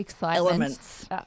elements